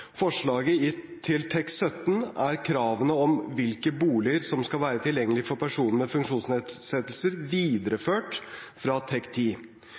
forslaget til TEK17 er kravene om hvilke boliger som skal være tilgjengelige for personer med funksjonsnedsettelse, videreført fra